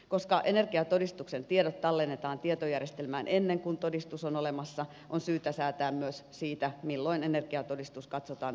koska energiatodistuksen tiedot tallennetaan tietojärjestelmään ennen kuin todistus on olemassa on syytä säätää myös siitä milloin energiatodistus katsotaan toimitetuksi aralle